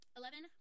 eleven